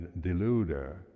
deluder